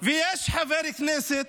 ויש חבר כנסת